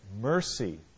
mercy